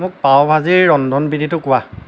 মোক পাৱ ভাজিৰ ৰন্ধনবিধিটো কোৱা